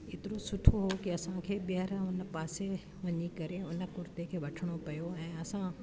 एतिरो सुठो हुओ की असां मूंखे ॿीहर हुन पासे वञी करे हुन कुर्ते खे वठिणो पियो ऐं असां